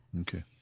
Okay